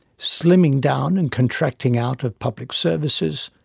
slimming down and contracting out of public services,